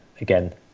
again